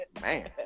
Man